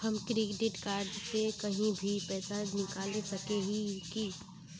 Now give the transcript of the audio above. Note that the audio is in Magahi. हम क्रेडिट कार्ड से कहीं भी पैसा निकल सके हिये की?